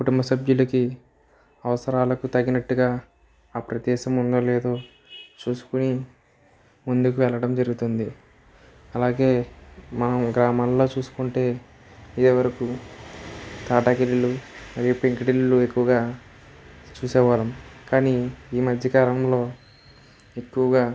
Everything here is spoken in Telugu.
కుటుంబ సభ్యులకు అవసరాలకి తగినట్టుగా ఆ ప్రదేశం ఉందో లేదో చూసుకొని ముందుకు వెళ్ళడం జరుగుతుంది అలాగే మా గ్రామంలో చూసుకుంటే ఇదివరకు తాటాకు ఇళ్ళులు మరియు పెంకుటిల్లులు ఎక్కువగా చూసేవాళ్ళం కాని ఈ మధ్య కాలంలో ఎక్కువగా